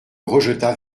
rejeta